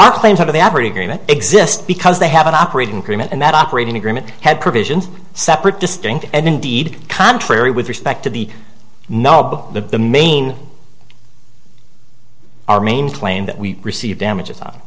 our claims of the average agreement exist because they have an operating agreement and that operating agreement had provisions separate distinct and indeed contrary with respect to the nub of the main our main claim that we receive damages